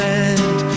end